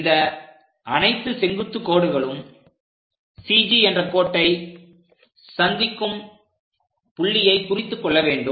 இந்த அனைத்து செங்குத்து கோடுகளும் CG என்ற கோட்டை சந்திக்கும் புள்ளியை குறித்துக் கொள்ள வேண்டும்